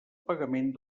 pagament